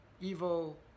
evil